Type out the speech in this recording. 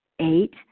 Eight